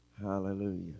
Hallelujah